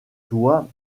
toit